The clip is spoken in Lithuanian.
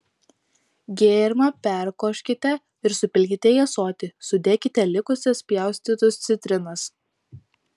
gėrimą perkoškite ir supilkite į ąsotį sudėkite likusias pjaustytus citrinas